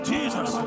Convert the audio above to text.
Jesus